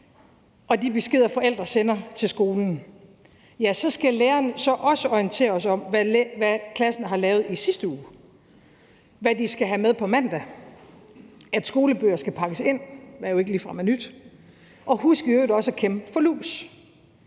og de beskeder, forældre sender til skolen, ja, så skal læreren også orientere os om, hvad klassen har lavet i sidste uge, hvad de skal have med på mandag, at skolebøger skal pakkes ind, hvad der jo ikke ligefrem er nyt, og at man i øvrigt også skal huske at kæmme for lus.